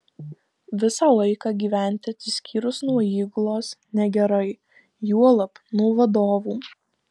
visą laiką gyventi atsiskyrus nuo įgulos negerai juolab nuo vadovų